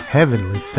Heavenly